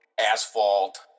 asphalt